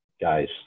guys